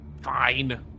Fine